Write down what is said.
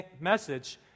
message